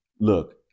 look